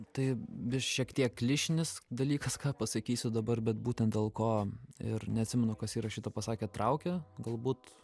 tai vis šiek tiek klišinis dalykas ką pasakysiu dabar bet būtent dėl ko ir neatsimenu kas yra šitą pasakę traukia galbūt